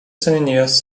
seniūnijos